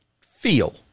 feel